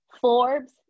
forbes